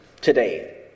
today